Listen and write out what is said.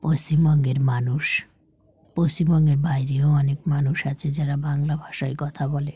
পশ্চিমবঙ্গের মানুষ পশ্চিমবঙ্গের বাইরেও অনেক মানুষ আছে যারা বাংলা ভাষায় কথা বলে